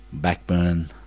backburn